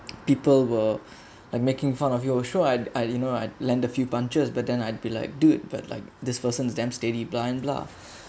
people were like making fun of you oh sure I you know I lend the few punches but then I'd be like dude but like this person's damn steady blind bluff